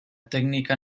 teknika